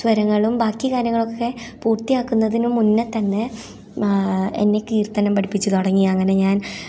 സ്വരങ്ങളും ബാക്കി കാര്യങ്ങളൊക്കെ പൂർത്തിയാക്കുന്നതിന് മുന്നേ തന്നെ എന്നെ കിർത്തനം പഠിപ്പിച്ചുതുടങ്ങി അങ്ങനെ ഞാൻ